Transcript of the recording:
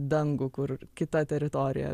dangų kur kita teritorija